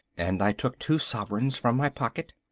and i took two sovereigns from my pocket.